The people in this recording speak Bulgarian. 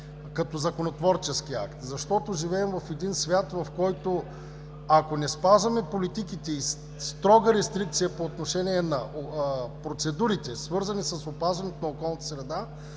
като законотворчески акт. Живеем в свят, в който, ако не спазваме политиките и строга рестрикция по отношение на процедурите, свързани с опазването на околната среда,